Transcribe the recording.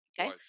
Okay